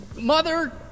Mother